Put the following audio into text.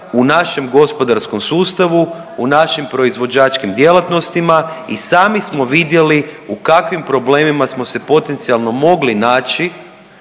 u našem gospodarskom sustavu, u našim proizvođačkim djelatnostima. I sami smo vidjeli u kakvim problemima smo se potencijalno mogli naći